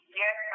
yes